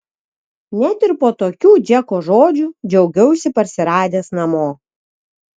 net ir po tokių džeko žodžių džiaugiausi parsiradęs namo